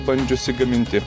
bandžiusi gaminti